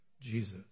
Jesus